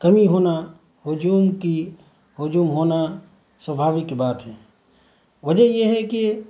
کمی ہونا ہجوم کی ہجوم ہونا سوبھاوک بات ہے وجہ یہ ہے کہ